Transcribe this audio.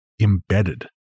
embedded